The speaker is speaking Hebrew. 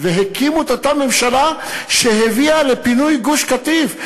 והקימו את אותה ממשלה שהביאה לפינוי גוש-קטיף.